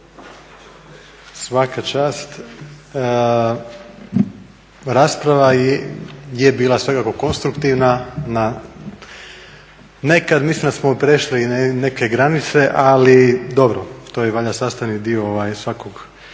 svaka čast. Rasprava je bila svakako konstruktivna, nekad mislim da smo i prešli neke granice ali dobro, to je valjda sastavni dio svake